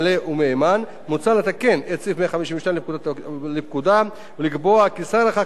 מוצע לתקן את סעיף 152 לפקודה ולקבוע כי שר החקלאות והוועדה